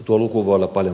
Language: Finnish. tuo lukuvuonna vain